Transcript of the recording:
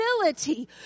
ability